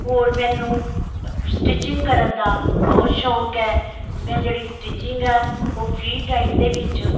ਹੋਰ ਮੈਨੂੰ ਸਟਿਚਿੰਗ ਕਰਨ ਦਾ ਬਹੁਤ ਸ਼ੌਂਕ ਹੈ ਮੈਂ ਜਿਹੜੀ ਸਟਿਚਿੰਗ ਆ ਉਹ ਫਰੀ ਟਾਈਮ ਦੇ ਵਿੱਚ